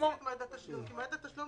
כי מועד התשלום